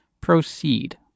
proceed